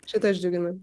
šitas džiugina